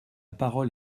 parole